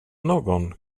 någon